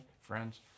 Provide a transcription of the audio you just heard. friends